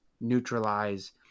neutralize